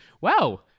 wow